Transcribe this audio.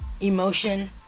emotion